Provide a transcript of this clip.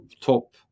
top